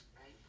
right